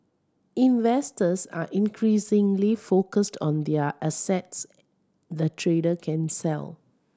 investors are increasingly focused on their assets the trader can sell